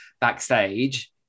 backstage